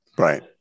Right